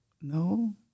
No